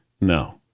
no